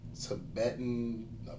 Tibetan